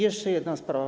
Jeszcze jedna sprawa.